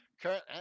current